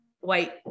white